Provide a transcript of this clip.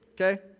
okay